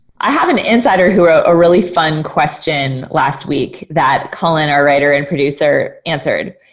i have an insider who wrote a really fun question last week that colin, our writer and producer answered.